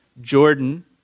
Jordan